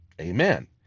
Amen